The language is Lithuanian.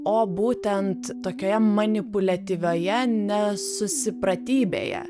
o būtent tokioje manipuliatyvioje nesusipratybėje